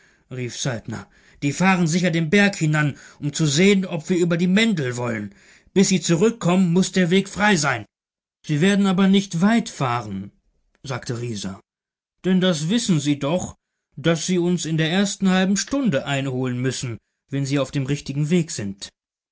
rief saltner die fahren sicher den berg hinan um zu sehen ob wir über die mendel wollen bis sie zurückkommen muß der weg frei sein sie werden aber nicht weit fahren sagte rieser denn das wissen sie doch daß sie uns in der ersten halben stunde einholen müssen wenn sie auf dem richtigen weg sind